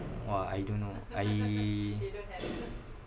!wah! I don't know I